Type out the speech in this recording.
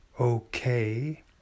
okay